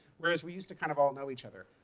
whereas, we used to kind of all know each other.